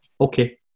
okay